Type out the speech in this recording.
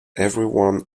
everyone